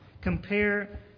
Compare